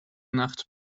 nacht